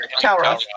Tower